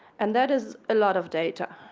and that is a lot of data.